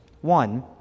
One